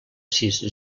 sis